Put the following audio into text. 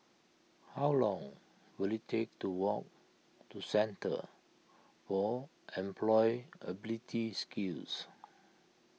how long will it take to walk to Centre for Employability Skills